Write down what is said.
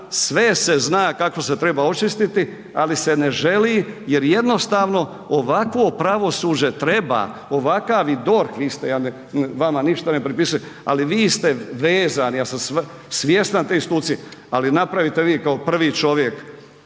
Sve se zna kako se treba očistiti, ali se ne želi jer jednostavno ovakvo pravosuđe treba, ovakav i DORH, vi ste, vama ništa ne pripisujem, ali vi ste vezani, ja sam svjestan te institucije, ali napravite vi kao prvi čovjek